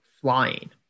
Flying